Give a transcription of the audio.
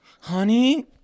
honey